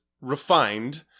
refined